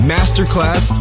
Masterclass